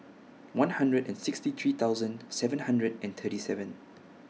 one hundred and sixty three thousand seven hundred and thirty seven